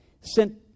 sent